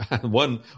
One